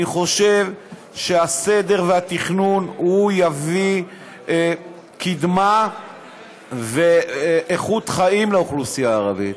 אני חושב שהסדר והתכנון יביאו קדמה ואיכות חיים לאוכלוסייה הערבית.